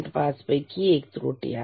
5 पैकी एक ही त्रुटी आहे